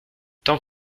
tant